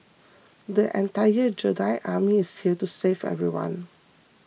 an entire Jedi Army is here to save everyone